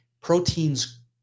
proteins